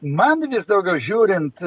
man vis daugiau žiūrint